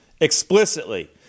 explicitly